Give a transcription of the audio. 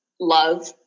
love